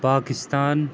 Pakistan